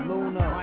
Luna